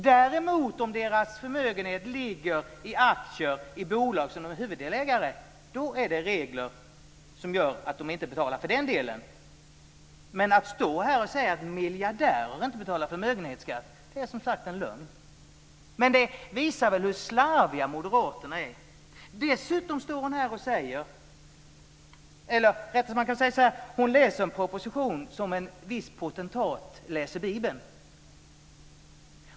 Däremot om deras förmögenhet ligger i aktier i bolag som de är huvuddelägare i finns det regler som gör att de inte betalar för den delen. Men det är en lögn att säga att miljardärer inte betalar förmögenhetsskatt, som sagt var. Det visar hur slarviga Moderaterna är. Marietta de Pourbaix-Lundin läser propositioner som en viss potentat läser Bibeln.